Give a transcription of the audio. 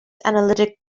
analytic